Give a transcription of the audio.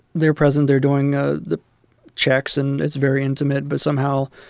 they're present they're doing ah the checks. and it's very intimate. but somehow,